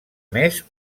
més